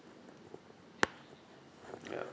ya